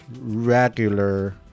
regular